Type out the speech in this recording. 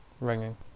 Ringing